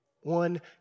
One